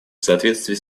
соответствии